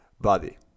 body